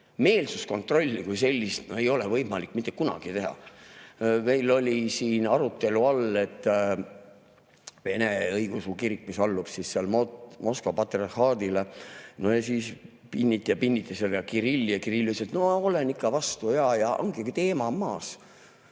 Meelsuskontrolli kui sellist ei ole võimalik mitte kunagi teha. Meil oli siin arutelu all Vene Õigeusu Kirik, mis allub Moskva Patriarhaadile. No ja siis pinniti ja pinniti seda Kirilli ja Kirill ütles, et ma olen ikka [sõja] vastu jah. Ja ongi teema maas!